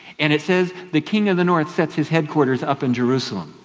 and it says the king of the north sets his headquarters up in jerusalem.